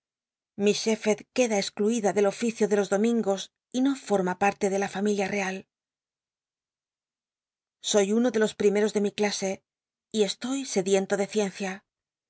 miss shephcrd queda excl uida del oficio de los dominglls y no forma parte de la familia real soy uno de los primeros de mi clase y estor sediento de ciencia